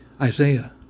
Isaiah